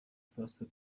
pastor